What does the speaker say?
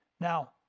Now